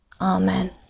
Amen